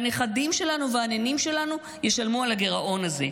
הנכדים שלנו והנינים שלנו ישלמו על הגירעון הזה.